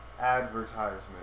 Advertisement